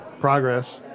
progress